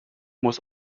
muss